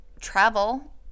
travel